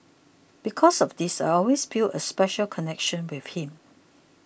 because of this I always feel a special connection with him